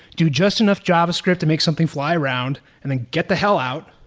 do just enough javascript to make something fly around and then get the hell out.